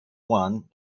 one